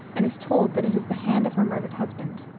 and is told that it is the hand of her murdered husband.